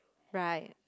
right